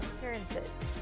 appearances